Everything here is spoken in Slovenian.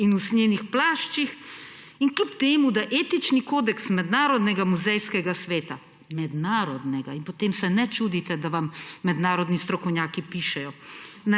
in usnjenih plaščih. Kljub temu da etični kodeks mednarodnega muzejskega sveta – mednarodnega, in potem se ne čudite, da vam mednarodni strokovnjaki pišejo